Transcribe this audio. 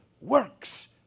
works